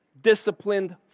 Disciplined